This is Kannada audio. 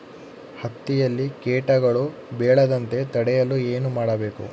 ಹತ್ತಿಯಲ್ಲಿ ಕೇಟಗಳು ಬೇಳದಂತೆ ತಡೆಯಲು ಏನು ಮಾಡಬೇಕು?